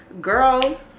girl